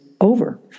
over